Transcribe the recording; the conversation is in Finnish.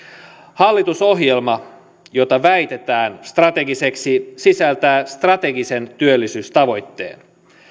hallitusohjelma jota väitetään strategiseksi sisältää strategisen työllisyystavoitteen